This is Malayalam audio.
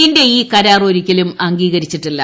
ഇന്ത്യ ഈ കരാർ ഒരിക്കലും അംഗീകരിച്ചിട്ടില്ല